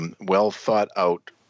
well-thought-out